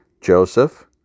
Joseph